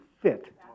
fit